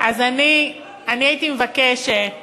אז אני הייתי מבקשת